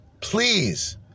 Please